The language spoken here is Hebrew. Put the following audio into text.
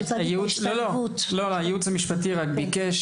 הייעוץ המשפטי ביקש